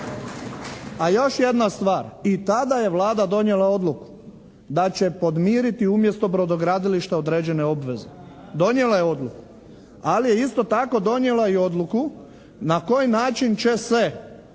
A još jedna stvar, i tada je Vlada donijela odluku da će podmiriti umjesto brodogradilišta određene obveze. Donijela je odluku. Ali je isto tako donijela i odluku na koji način će se